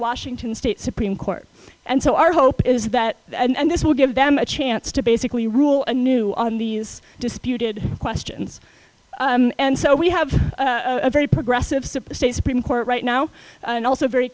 washington state supreme court and so our hope is that and this will give them a chance to basically rule a new on these disputed questions and so we have a very progressive state supreme court right now and also very